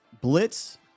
blitz